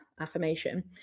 affirmation